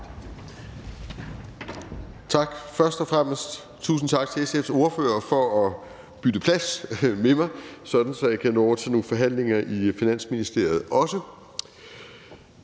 Tak. Først og fremmest tusind tak til SF's ordfører for at bytte plads med mig, sådan at jeg også kan nå over til nogle forhandlinger i Finansministeriet.